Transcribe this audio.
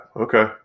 Okay